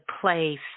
place